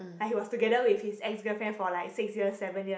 like he was together with his ex girlfriend for like six years seven years